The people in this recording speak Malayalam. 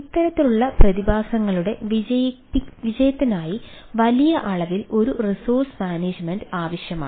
ഇത്തരത്തിലുള്ള പ്രതിഭാസങ്ങളുടെ വിജയത്തിനായി വലിയ അളവിൽ ഒരു റിസോഴ്സ് മാനേജ്മെന്റ് ആവശ്യമാണ്